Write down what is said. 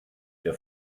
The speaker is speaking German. der